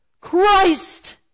Christ